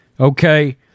Okay